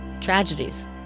tragedies